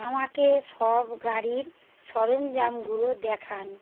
আমাকে সব গাড়ির সরঞ্জামগুলো দেখান